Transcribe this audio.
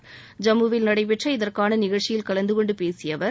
ஐம்முவில் நடைபெற்ற இதற்கான நிகழ்ச்சியில் கலந்து கொண்டு பேசிய அவர்